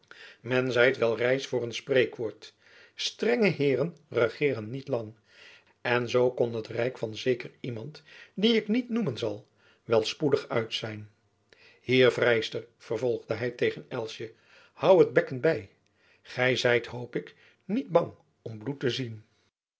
men zeit wel reis voor een spreekwoord strenge heeren regeeren niet lang en zoo kon het rijk van zeker iemand dien ik niet noemen zal wel spoedig uit zijn hier vrijster vervolgde hy tegen elsjen hoû het bekken by gy zijt hoop ik niet bang om bloed te zien